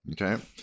Okay